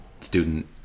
student